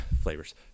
flavors